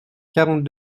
quarante